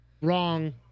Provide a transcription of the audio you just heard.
Wrong